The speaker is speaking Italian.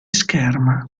scherma